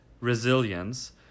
resilience